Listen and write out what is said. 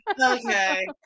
okay